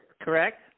correct